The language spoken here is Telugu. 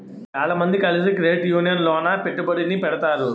వేల మంది కలిసి క్రెడిట్ యూనియన్ లోన పెట్టుబడిని పెడతారు